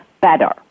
better